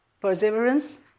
perseverance